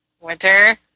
winter